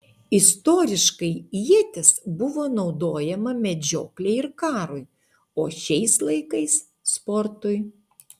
istoriškai ietis buvo naudojama medžioklei ir karui o šiais laikais sportui